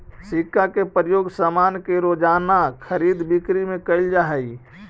सिक्का के प्रयोग सामान के रोज़ाना खरीद बिक्री में कैल जा हई